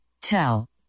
tell